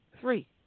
three